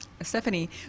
Stephanie